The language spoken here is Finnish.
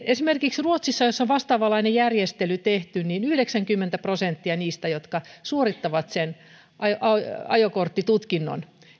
esimerkiksi ruotsissa jossa on vastaavanlainen järjestely tehty yhdeksänkymmentä prosenttia niistä jotka suorittavat ajokorttitutkinnon